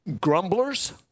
grumblers